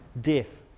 Death